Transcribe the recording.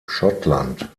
schottland